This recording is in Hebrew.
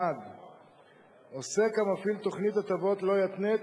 1. עוסק המפעיל תוכנית הטבות לא יתנה את